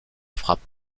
frappe